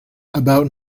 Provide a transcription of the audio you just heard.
about